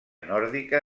nòrdica